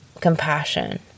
compassion